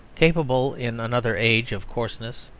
capable in another age of coarseness,